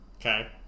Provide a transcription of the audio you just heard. okay